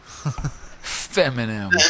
Feminine